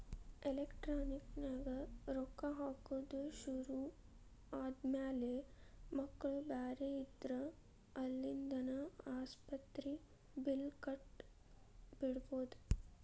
electronic ನ್ಯಾಗ ರೊಕ್ಕಾ ಹಾಕೊದ್ ಶುರು ಆದ್ಮ್ಯಾಲೆ ಮಕ್ಳು ಬ್ಯಾರೆ ಇದ್ರ ಅಲ್ಲಿಂದಾನ ಆಸ್ಪತ್ರಿ ಬಿಲ್ಲ್ ಕಟ ಬಿಡ್ಬೊದ್